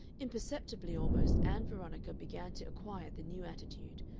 imperceptibly almost ann veronica began to acquire the new attitude,